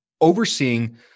overseeing